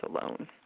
alone